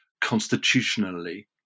constitutionally